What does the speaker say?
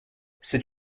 c’est